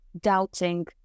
doubting